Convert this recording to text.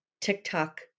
TikTok